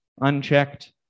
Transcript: unchecked